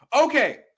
okay